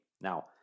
Now